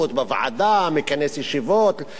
מכנס ישיבות לנושא הזה.